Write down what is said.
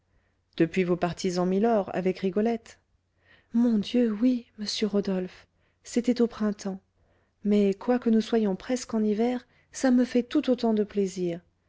depuis vos parties en milord avec rigolette mon dieu oui monsieur rodolphe c'était au printemps mais quoique nous soyons presque en hiver ça me fait tout autant de plaisir